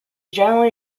generally